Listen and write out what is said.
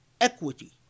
Equity